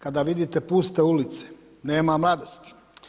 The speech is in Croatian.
Kada vidite puste ulice, nema mladosti.